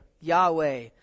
Yahweh